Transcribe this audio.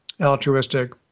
altruistic